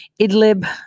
Idlib